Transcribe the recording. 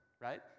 right